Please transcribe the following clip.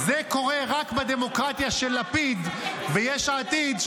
זה קורה רק בדמוקרטיה של לפיד ויש עתיד,